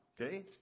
Okay